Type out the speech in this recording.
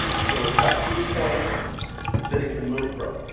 so it's got two points that it can move from,